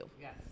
Yes